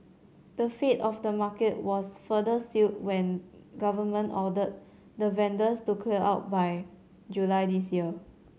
the fate of the market was further sealed when government ordered the vendors to clear out by July this year